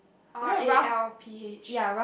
Ralph